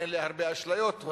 אין לי הרבה אשליות,